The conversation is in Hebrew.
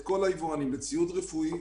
אוכל לכל הפועלים הפלסטינים,